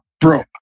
Bro